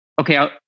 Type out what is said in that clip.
okay